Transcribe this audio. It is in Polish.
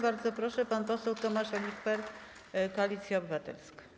Bardzo proszę, pan poseł Tomasz Olichwer, Koalicja Obywatelska.